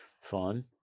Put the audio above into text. fun